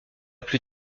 plus